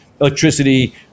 electricity